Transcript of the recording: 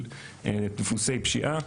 דפוסי פשיעה.